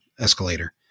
escalator